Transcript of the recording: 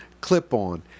clip-on